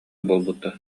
буолбуттара